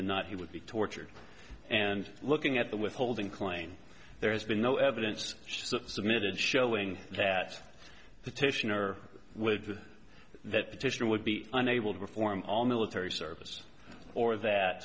than not he would be tortured and looking at the withholding claim there has been no evidence submitted showing that petitioner with that petition would be unable to perform all military service or that